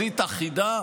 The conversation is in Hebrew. חבר הכנסת בליאק,